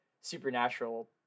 supernatural